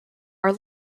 are